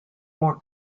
more